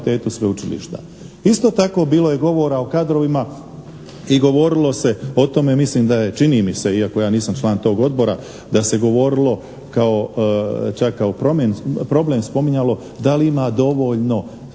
Isto tako bilo je govora o kadrovima i govorilo se o tome, mislim da je, čini mi se iako ja nisam član tog odbora, da se govorilo kao čak kao problem spominjalo da li ima dovoljno